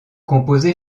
composé